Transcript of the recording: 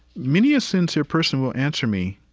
many a sincere person will answer me,